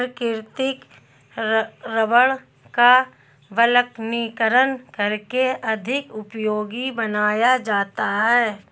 प्राकृतिक रबड़ का वल्कनीकरण करके अधिक उपयोगी बनाया जाता है